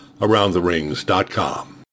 AroundTheRings.com